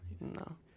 No